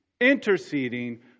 interceding